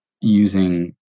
using